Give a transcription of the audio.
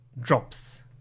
drops